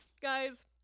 Guys